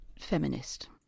feminist